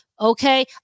Okay